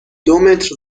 دومتر